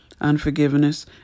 unforgiveness